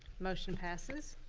motion passes.